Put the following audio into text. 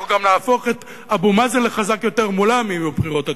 אנחנו גם נהפוך את אבו מאזן חזק יותר מולם אם יהיו בחירות עתידיות.